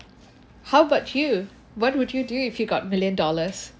how about you what would you do if you got million dollars